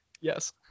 Yes